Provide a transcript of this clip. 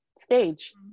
stage